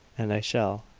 and i shall.